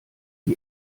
die